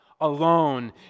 alone